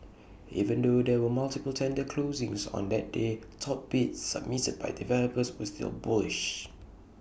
even though there were multiple tender closings on that day top bids submitted by developers were still bullish